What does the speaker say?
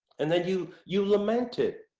and then you you lament it.